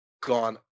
gone